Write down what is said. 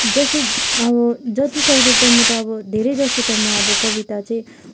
जसो जति सक्दो त म अब धेरै जसो त म अब कविता चाहिँ